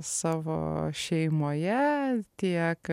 savo šeimoje tiek